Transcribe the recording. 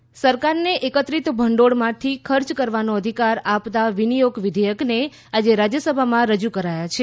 budget સરકારને એકત્રિત ભંડોળમાંથી ખર્ચ કરવાનો અધિકાર આપતા વિનિયોગ વિધેયકને આજે રાજ્યસભામાં રજુ કરાયા છે